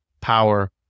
power